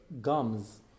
gums